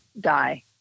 die